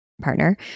partner